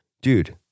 dude